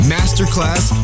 Masterclass